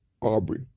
Aubrey